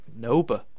Noba